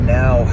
now